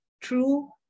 true